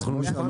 אז כמו שאמרנו,